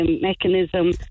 mechanism